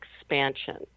expansion